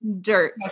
dirt